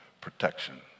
protection